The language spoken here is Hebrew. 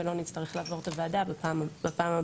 על מנת שלא נצטרך לעבור את הוועדה בפעם הבאה.